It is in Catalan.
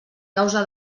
causa